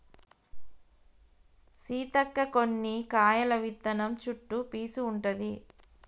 సీతక్క కొన్ని కాయల విత్తనం చుట్టు పీసు ఉంటది